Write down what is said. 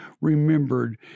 remembered